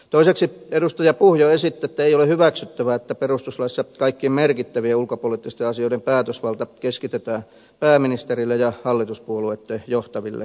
toiseksi edustaja puhjo esitti että ei ole hyväksyttävää että perustuslaissa kaikkien merkittävien ulkopoliittisten asioiden päätösvalta keskitetään pääministerille ja hallituspuolueitten johtaville ministereille